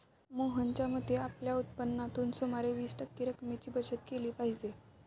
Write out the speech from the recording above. मोहनच्या मते, आपल्या उत्पन्नातून सुमारे वीस टक्के रक्कमेची बचत केली पाहिजे